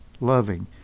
loving